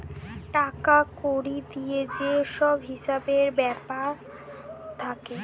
টাকা কড়ি দিয়ে যে সব হিসেবের ব্যাপার থাকে